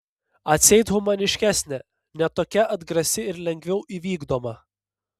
atseit humaniškesnė ne tokia atgrasi ir lengviau įvykdoma